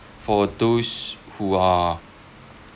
for those who are